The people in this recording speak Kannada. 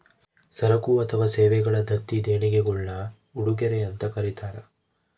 ಸರಕು ಅಥವಾ ಸೇವೆಗಳ ದತ್ತಿ ದೇಣಿಗೆಗುಳ್ನ ಉಡುಗೊರೆ ಅಂತ ಕರೀತಾರ